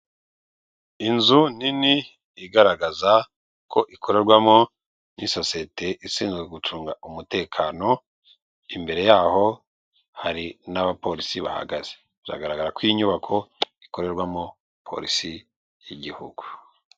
Inzu nini igaragaza ko ikorwamo n'isosiyete ishinzwe gucunga umutekano, imbere yaho, hari n'abapolisi bahagaze, bigaragara ko iyi nyubako ikorerwamo polisi y'igihugu.